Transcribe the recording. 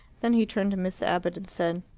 then he turned to miss abbott and said,